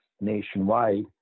nationwide